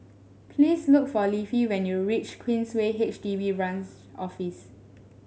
please look for Leafy when you reach Queensway H D B Branch Office